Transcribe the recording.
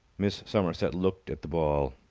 miss somerset looked at the ball.